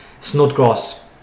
Snodgrass